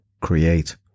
create